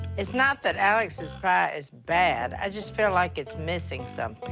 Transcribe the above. it's not that alex's pie is bad. i just feel like it's missing something.